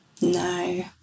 No